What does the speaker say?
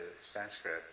Sanskrit